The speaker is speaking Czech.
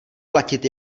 platit